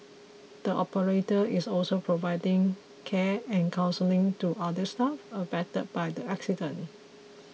the operator is also providing care and counselling to other staff affected by the accident